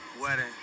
wedding